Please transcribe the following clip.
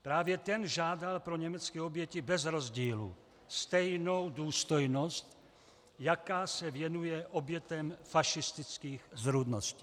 Právě ten žádal pro německé oběti bez rozdílu stejnou důstojnost, jaká se věnuje obětem fašistických zrůdností.